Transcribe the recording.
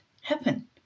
happen